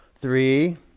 three